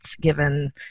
given